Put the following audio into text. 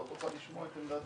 לא תוכל לשמוע את עמדת הממשלה?